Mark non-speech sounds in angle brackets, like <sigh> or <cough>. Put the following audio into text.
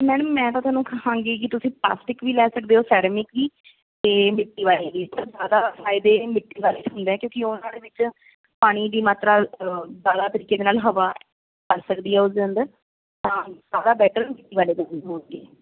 madam ਮੈਂ ਤਾਂ ਤੁਹਾਨੂੰ ਕਹਾਂਗੀ ਕਿ ਤੁਸੀਂ ਪਲਾਸਟਿਕ ਵੀ ਲੈ ਸਕਦੇ ਹੋ ਸੈਰਾਮਿਕ ਵੀ ਅਤੇ ਮਿੱਟੀ ਵਾਲੇ ਵੀ ਅਤੇ ਜ਼ਿਆਦਾ ਫਾਇਦੇ ਮਿੱਟੀ ਵਾਲੇ ਦੇ ਹੁੰਦਾ ਕਿਉਂਕਿ ਉਹਨਾਂ ਦੇ ਵਿੱਚ ਪਾਣੀ ਦੀ ਮਾਤਰਾ ਜ਼ਿਆਦਾ ਤਰੀਕੇ ਦੇ ਨਾਲ ਹਵਾ ਵੜ ਸਕਦੀ ਹੈ ਉਸਦੇ ਅੰਦਰ ਤਾਂ ਸਾਰਾ ਬੈਟਰ <unintelligible>